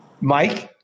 Mike